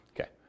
Okay